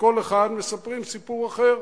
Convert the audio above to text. לכל אחד מספרים סיפור אחר.